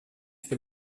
fait